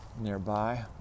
nearby